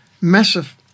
massive